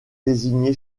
désigné